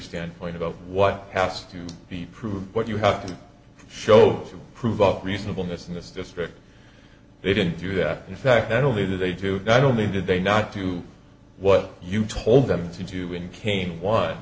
standpoint about what has to be proved what you have to show to prove up reasonable in this in this district they didn't do that in fact not only do they to not only did they not do what you told them to do in kane